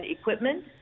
equipment